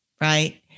right